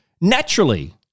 Naturally